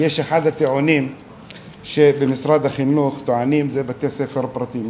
אחד הטיעונים שבמשרד החינוך טוענים זה לגבי בתי-ספר פרטיים.